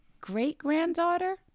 great-granddaughter